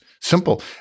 simple